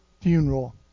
funeral